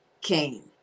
Cain